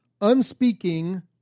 unspeaking